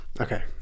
okay